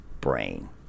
brain